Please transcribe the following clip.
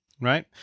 right